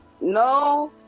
No